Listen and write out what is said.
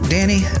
Danny